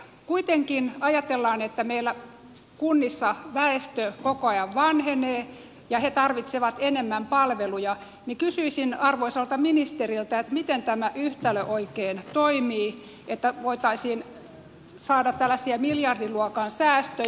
kuitenkin kun ajatellaan että meillä kunnissa väestö koko ajan vanhenee ja he tarvitsevat enemmän palveluja niin kysyisin arvoisalta ministeriltä miten tämä yhtälö oikein toimii että voitaisiin saada tällaisia miljardiluokan säästöjä